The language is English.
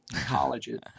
colleges